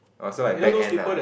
oh so I back end ah